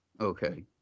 Okay